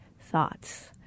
thoughts